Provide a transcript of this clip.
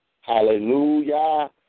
Hallelujah